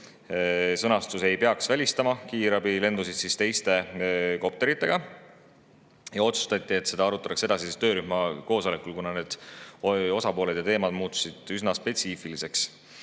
sõnastus ei [tohiks] välistada kiirabilendusid teiste kopteritega, ja otsustati, et seda arutatakse edasi töörühma koosolekul, kuna osapooled ja teemad olid muutunud üsna spetsiifiliseks.